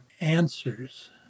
answers